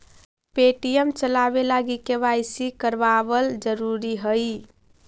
Paytm चलाबे लागी KYC करबाबल जरूरी हई